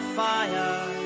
fire